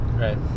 Right